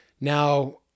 Now